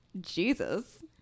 Jesus